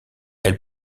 elle